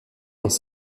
dans